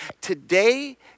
Today